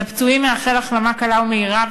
לפצועים אאחל החלמה קלה ומהירה.